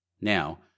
Now